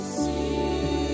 see